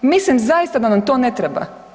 Mislim zaista da nam to ne treba.